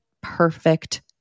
perfect